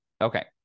Okay